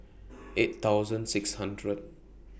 eight thousand six hundred